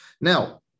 Now